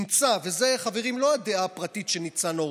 זו, חברים, לא דעה פרטית של ניצן הורוביץ,